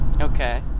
Okay